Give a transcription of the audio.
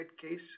case